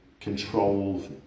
control